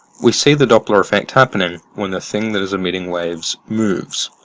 we see the doppler effect happening when the thing that is emitting waves moves.